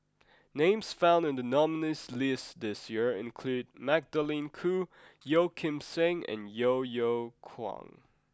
names found in the nominees' list this year include Magdalene Khoo Yeo Kim Seng and Yeo Yeow Kwang